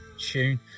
tune